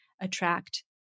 attract